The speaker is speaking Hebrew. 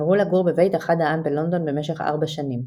ועברו לגור בבית אחד העם בלונדון במשך ארבע שנים.